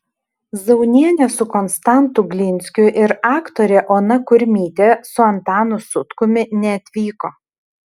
zaunienė su konstantu glinskiu ir aktorė ona kurmytė su antanu sutkumi neatvyko